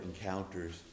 encounters